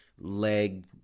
leg